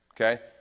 okay